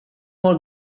more